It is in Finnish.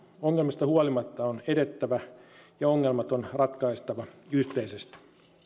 ongelmista huolimatta on edettävä ja ongelmat on ratkaistava yhteisesti